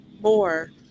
more